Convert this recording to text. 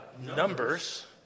Numbers